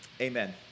Amen